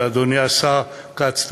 ואדוני השר כץ,